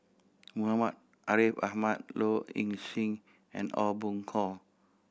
Muhammad Ariff Ahmad Low Ing Sing and Aw Boon Haw